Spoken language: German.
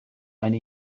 eine